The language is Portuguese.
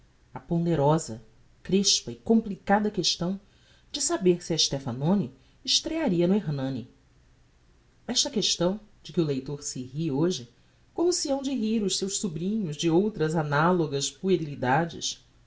a ponderosa crespa e complicada questão de saber se a stephanoni estrearia no ernani esta questão de que o leitor se ri hoje como se hão de rir os seus sobrinhos de outras analogas